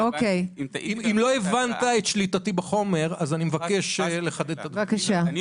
אז סעיף 21 לחוק מרשם האוכלוסין קובע שיש להמציא פסק דין להוכחת אבהות.